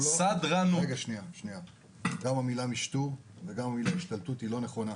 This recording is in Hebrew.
גם המילה "משטור" וגם המילה "השתלטות" הן לא נכונות.